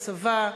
צבא,